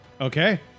Okay